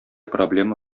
проблема